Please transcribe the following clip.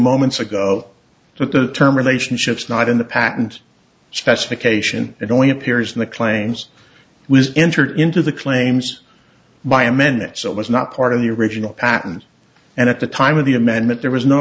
moments ago that the term relationships not in the patent specification it only appears in the claims was entered into the claims by amendment so it was not part of the original patent and at the time of the amendment there was no